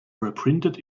reprinted